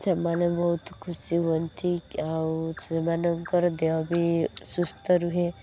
ସେମାନେ ବହୁତ ଖୁସି ହୁଅନ୍ତି ଆଉ ସେମାନଙ୍କର ଦେହ ବି ସୁସ୍ଥ ରୁହେ